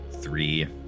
three